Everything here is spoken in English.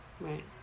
Right